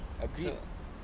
agreed